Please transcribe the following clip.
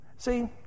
See